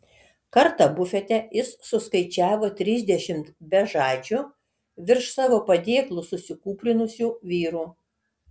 kartą bufete jis suskaičiavo trisdešimt bežadžių virš savo padėklų susikūprinusių vyrų